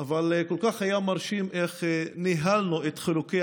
אבל כל כך היה מרשים איך ניהלנו את חילוקי